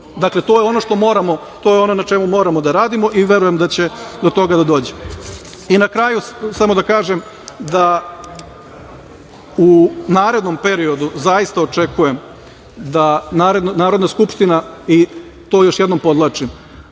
Dakle, to je ono na čemu moramo da radimo i verujem da će do toga da dođe. Na kraju, samo da kažem da u narednom periodu zaista očekujem da Narodna skupština, i to još jednom podvlačim,